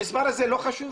המספר הזה לא חשוב?